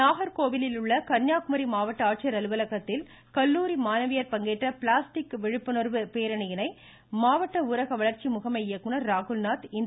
இருவரி நாகர்கோவிலில் உள்ள கன்னியாகுமரி மாவட்ட ஆட்சியர் அலுவலக வளாகத்தில் கல்லூரி மாணவியர் பங்கேற்ற பிளாஸ்டிக் ஒழிப்பு விழிப்புணர்வு பேரணியினை மாவட்ட ஊரக வளர்ச்சி முகமை இயக்குநர் ராகுல்நாத் இன்று தொடங்கிவைத்தார்